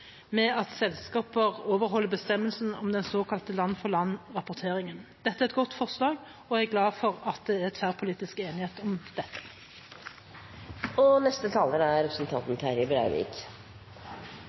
med at selskaper overholder bestemmelsene om den såkalte land-for-land-rapporteringen. Dette er et godt forslag, og jeg er glad for at det er tverrpolitisk enighet om dette. Nokre korte, men like fullt alvorlege merknader frå mi og Venstre si side: Venstre og Senterpartiet er